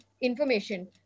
information